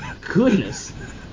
goodness